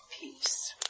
peace